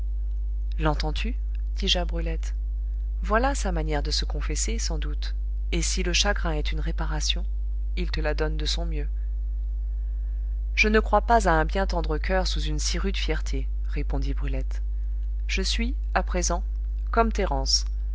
dis-je à brulette voilà sa manière de se confesser sans doute et si le chagrin est une réparation il te la donne de son mieux je ne crois pas à un bien tendre coeur sous une si rude fierté répondit brulette je suis à présent comme